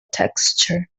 texture